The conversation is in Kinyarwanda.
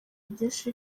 byinshi